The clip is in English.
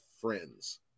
friends